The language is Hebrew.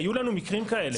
היו לנו מקרים כאלה.